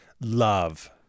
Love